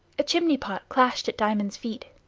a chimney-pot clashed at diamond's feet.